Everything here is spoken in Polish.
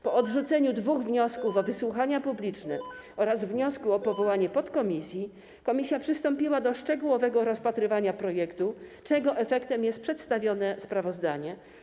Po odrzuceniu dwóch wniosków, o wysłuchanie publiczne oraz o powołanie podkomisji, komisja przystąpiła do szczegółowego rozpatrywania projektu, czego efektem jest przedstawione sprawozdanie.